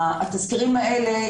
התזכירים האלה,